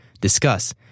discuss